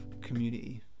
community